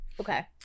Okay